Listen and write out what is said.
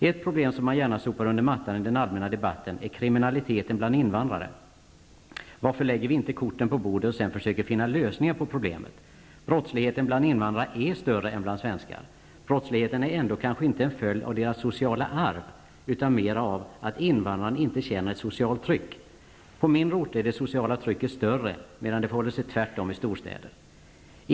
Ett problem som man gärna sopar under mattan i den allmänna debatten är kriminaliteten bland invandrare. Varför lägger vi inte korten på bordet och sedan försöker finna lösningar på problemet. Brottsligheten bland invandrare är större än bland svenskar. Brottsligheten är ändå kanske inte en följd av deras sociala arv utan mera av att invandrarna inte känner ett socialt tryck. På mindre orter är det sociala trycket stort, medan det förhåller sig tvärtom i storstäder.